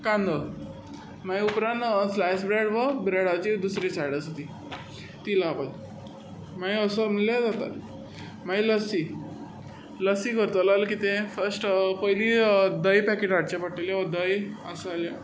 कांदो मागीर उपरान स्लायस ब्रँड वा ब्रँडाची दुसरी सायड आसा ती ती लावपाची मागीर असो म्हणल्या जाता मागीर लसी लसी करतलो जाल्या कितें फस्ट पयलीं दही पॅकेट हाडचें पोडटोलें वो दही आसा जाल्यार